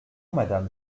madame